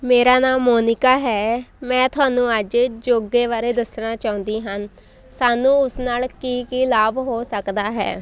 ਮੇਰਾ ਨਾਮ ਮੋਨਿਕਾ ਹੈ ਮੈਂ ਤੁਹਾਨੂੰ ਅੱਜ ਯੋਗੇ ਬਾਰੇ ਦੱਸਣਾ ਚਾਹੁੰਦੀ ਹਨ ਸਾਨੂੰ ਉਸ ਨਾਲ ਕੀ ਕੀ ਲਾਭ ਹੋ ਸਕਦਾ ਹੈ